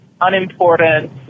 unimportant